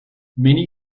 many